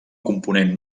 component